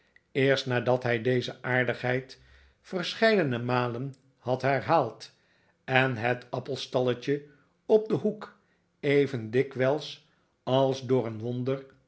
eerst nadat hij deze aardigheid verscheidene malen had herhaald en het appelstalletje op den hoek even dikwijls als door een wonder